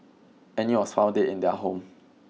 Annie was found dead in their home